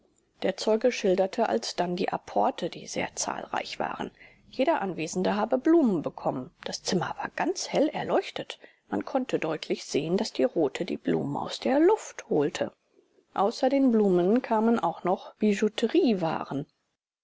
der zeuge schildert alsdann die apporte die sehr zahlreich waren jeder anwesende habe blumen bekommen das zimmer war ganz hell erleuchtet man konnte deutlich sehen daß die rothe die blumen aus der luft holte außer den blumen kamen auch noch